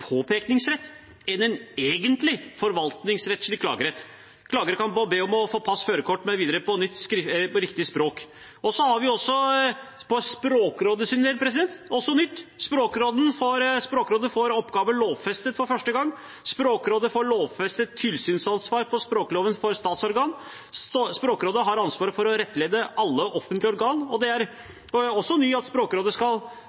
en egentlig forvaltningsrettslig klagerett. Klagere kan nå be om å få pass, førerkort mv. på riktig språk. For Språkrådets del er det også noe nytt. Språkrådet får oppgaver lovfestet for første gang. Språkrådet får lovfestet tilsynsansvar for språkloven overfor statsorgan. Språkrådet har ansvaret for å rettlede alle offentlige organ, og det er også nytt at Språkrådet skal